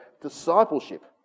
discipleship